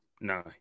no